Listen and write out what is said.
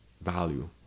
value